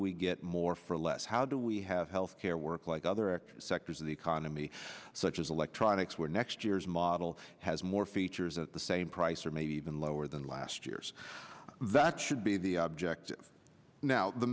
we get more for less how do we have health care work like other sectors of the economy such as electronics where next year's model has more features the same price or maybe even lower than last year's that should be the objective now the